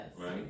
right